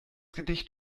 gedicht